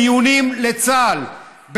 מיונים לצה"ל,